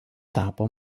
tapo